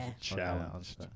Challenge